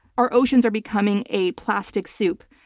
our oceans are becoming a plastic soup.